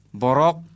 borok